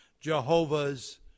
Jehovah's